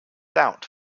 doubt